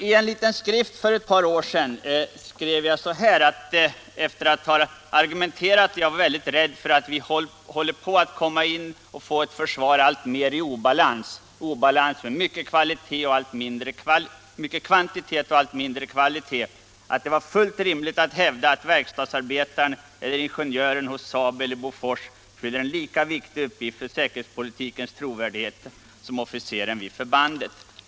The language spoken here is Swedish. I en liten skrift för ett par år sedan framhöll jag — jag var väldigt rädd för att vi höll på att få ett försvar alltmer i obalans med mycken kvantitet och allt mindre kvalitet — att det var fullt rimligt att hävda att verkstadsarbetaren eller ingenjören hos SAAB eller Bofors fyllde en lika viktig uppgift för säkerhetspolitikens trovärdighet som officeren vid förbandet.